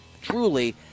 truly